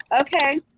Okay